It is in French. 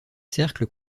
cercles